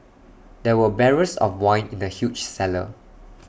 there were barrels of wine in the huge cellar